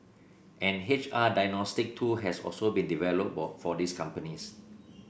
an H R diagnostic tool has also been developed for these companies